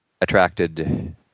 attracted